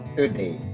today